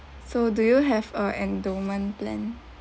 so do you have a endowment plan